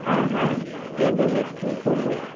हाँ हाँ गेंदे हैं फूल है